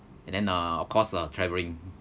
and then uh of course uh travelling